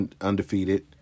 undefeated